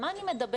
על מה אני מדברת?